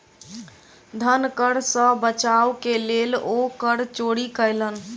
धन कर सॅ बचाव के लेल ओ कर चोरी कयलैन